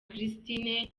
christine